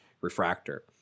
refractor